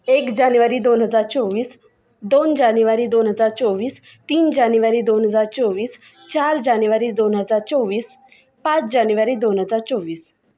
एक जानेवारी दोन हजार चोवीस दोन जानेवारी दोन हजार चोवीस तीन जानेवारी दोन हजार चोवीस चार जानेवारी दोन हजार चोवीस पाच जानेवारी दोन हजार चोवीस